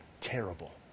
Terrible